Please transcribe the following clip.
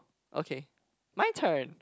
okay my turn